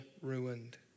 ruined